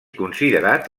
considerat